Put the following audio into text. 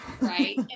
right